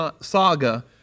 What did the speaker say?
saga